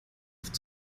oft